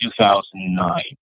2009